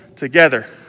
Together